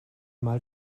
mal